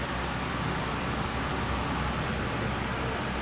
mmhmm mmhmm